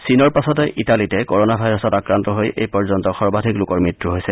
চীনৰ পাছতে ইটালীতে কৰোনা ভাইৰাছত আক্ৰান্ত হৈ এই পৰ্যন্ত সৰ্বাধিক লোকৰ মৃত্যু হৈছে